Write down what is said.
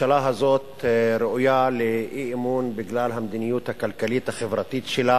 הממשלה הזאת ראויה לאי-אמון בגלל המדיניות הכלכלית-החברתית שלה